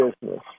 business